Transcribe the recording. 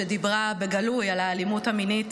שדיברה בגלוי על האלימות המינית